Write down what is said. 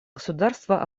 государства